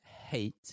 hate